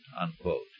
unquote